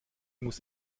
muss